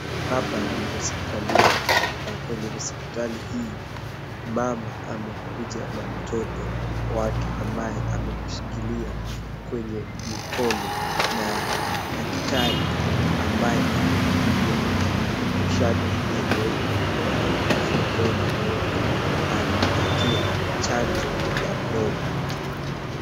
Hapa ni hospitalini. Na kwenye hospitali hii, mama amekuja na mtoto wake ambaye amemshikilia kwenye mikono na daktari ambaye amevalia shati ya nyeupe na surupwenye nyeupe, anampatia chanjo ya mdomo.